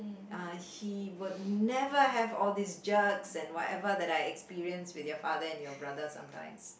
uh he would never have all these jerks and whatever that I had experienced with your father and your brother sometimes